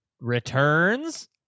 returns